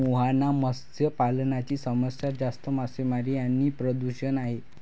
मुहाना मत्स्य पालनाची समस्या जास्त मासेमारी आणि प्रदूषण आहे